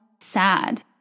sad